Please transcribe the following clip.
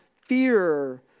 fear